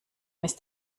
ist